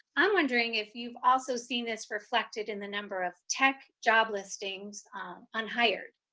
i'm wondering if you've also seen this reflected in the number of tech job listings on hired?